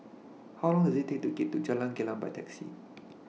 How Long Does IT Take to get to Jalan Gelam By Taxi